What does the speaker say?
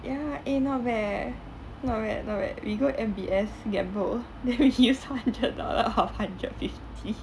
ya eh not bad leh not bad not bad we go M_B_S gamble then we use hundred dollars off hundred fifty